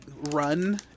run